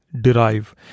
derive